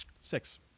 six